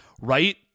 right